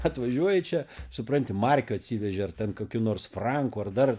atvažiuoji čia supranti markių atsiveži ar ten kokių nors frankų ar dar